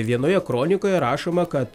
vienoje kronikoje rašoma kad